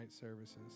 services